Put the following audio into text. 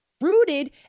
Rooted